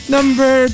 Number